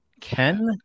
Ken